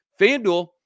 FanDuel